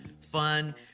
fun